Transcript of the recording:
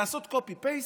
לעשות קופי-פייסט,